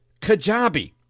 Kajabi